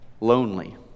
Lonely